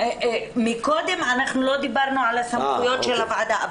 מקודם אנחנו לא דיברנו על הסמכויות של הוועדה,